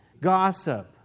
Gossip